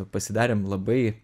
pasidarėm labai